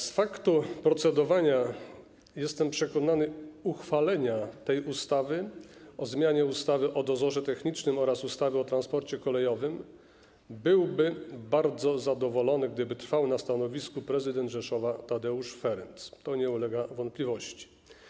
Z faktu procedowania i - jestem przekonany - uchwalenia tej ustawy o zmianie ustawy o dozorze technicznym oraz ustawy o transporcie kolejowym byłby bardzo zadowolony, gdyby trwał na stanowisku, prezydent Rzeszowa Tadeusz Ferenc, to nie ulega wątpliwości.